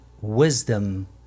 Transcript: wisdom